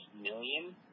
million